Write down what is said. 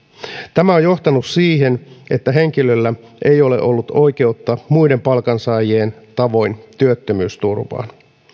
tämä on johtanut siihen että henkilöllä ei ole ollut oikeutta muiden palkansaajien tavoin työttömyysturvaan